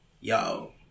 Yo